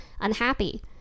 unhappy